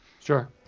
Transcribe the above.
sure